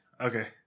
Okay